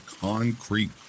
concrete